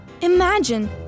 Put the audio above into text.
imagine